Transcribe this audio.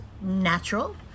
natural